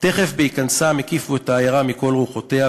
"תכף בהיכנסם הקיפו את העיירה מכל רוחותיה,